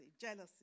jealousy